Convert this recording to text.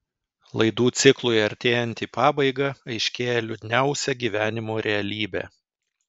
laidų ciklui artėjant į pabaigą aiškėja liūdniausia gyvenimo realybė